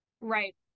Right